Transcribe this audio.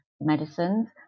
medicines